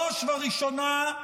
בראש ובראשונה,